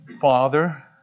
Father